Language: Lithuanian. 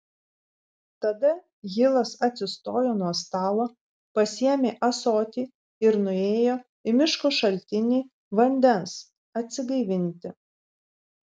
tada hilas atsistojo nuo stalo pasiėmė ąsotį ir nuėjo į miško šaltinį vandens atsigaivinti